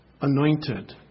anointed